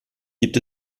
gibt